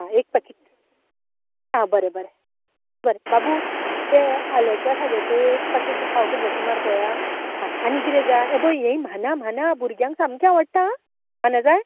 आ एक पॅकीट आ बरें बरें बरें बाबू तें आल्याच्या खाज्याचें एक पाकीट पाव किलाचें मार पवया आ आनी कितें जाय हें बय हें म्हाना म्हाना भुरग्यांग सामकें आवडटा आ म्हानां जाय